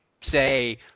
say